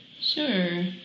Sure